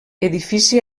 edifici